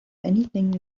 anything